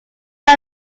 not